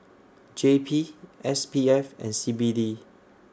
J P S P F and C B D